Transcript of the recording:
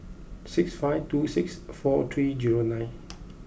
six five two six four three zero nine